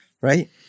right